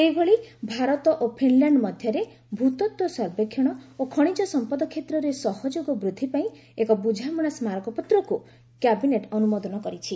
ସେହିଭଳି ଭାରତ ଓ ଫିନ୍ଲ୍ୟାଣ୍ଡ ମଧ୍ୟରେ ଭ୍ରତତ୍ତ୍ୱ ସର୍ବେକ୍ଷଣ ଓ ଖଶିଜ ସମ୍ପଦ କ୍ଷେତ୍ରରେ ସହଯୋଗ ବୃଦ୍ଧି ପାଇଁ ଏକ ବୁଝାମଣା ସ୍କାରକପତ୍ରକୁ କ୍ୟାବିନେଟ୍ ଅନୁମୋଦନ କରିଛି